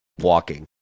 walking